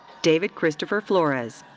david christopher flores.